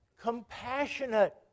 compassionate